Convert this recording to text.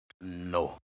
No